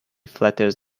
flatters